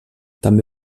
també